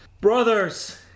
Brothers